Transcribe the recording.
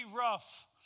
rough